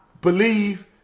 believe